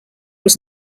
was